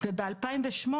וב-2008